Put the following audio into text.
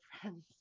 friends